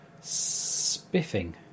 Spiffing